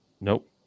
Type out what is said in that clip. Nope